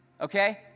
Okay